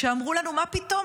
כשאמרו לנו: מה פתאום,